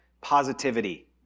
positivity